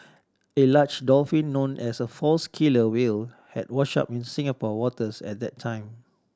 a large dolphin known as a false killer whale had washed up in Singapore waters at that time